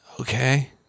okay